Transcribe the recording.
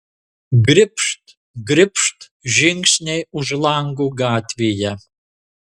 gribšt gribšt žingsniai už lango gatvėje